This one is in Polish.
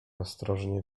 ostrożnie